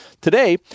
Today